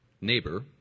neighbor